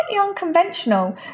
unconventional